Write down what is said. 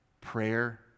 Prayer